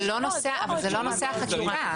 זה לא נושא החקיקה.